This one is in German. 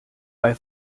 bei